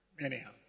Anyhow